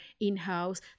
in-house